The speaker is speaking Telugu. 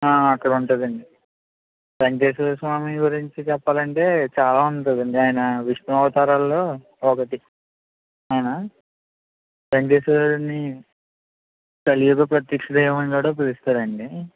ఆ అక్కడ ఉంటుంది అండి వేంకటేశ్వర స్వామి గురించి చెప్పాలంటే చాలా ఉంటుంది అండి ఆయన విష్ణు అవతారాల్లో ఒకటి ఆయన వేంకటేశ్వరుడిని కలియుగ ప్రత్యక్ష దైవం అని కూడా పిలుస్తారండీ